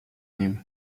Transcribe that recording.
nim